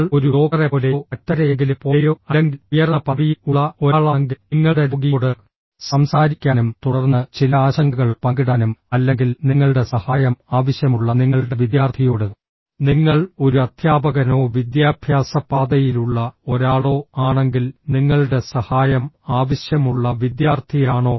നിങ്ങൾ ഒരു ഡോക്ടറെപ്പോലെയോ മറ്റാരെയെങ്കിലും പോലെയോ അല്ലെങ്കിൽ ഉയർന്ന പദവിയിൽ ഉള്ള ഒരാളാണെങ്കിൽ നിങ്ങളുടെ രോഗിയോട് സംസാരിക്കാനും തുടർന്ന് ചില ആശങ്കകൾ പങ്കിടാനും അല്ലെങ്കിൽ നിങ്ങളുടെ സഹായം ആവശ്യമുള്ള നിങ്ങളുടെ വിദ്യാർത്ഥിയോട് നിങ്ങൾ ഒരു അധ്യാപകനോ വിദ്യാഭ്യാസ പാതയിലുള്ള ഒരാളോ ആണെങ്കിൽ നിങ്ങളുടെ സഹായം ആവശ്യമുള്ള വിദ്യാർത്ഥിയാണോ